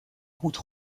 route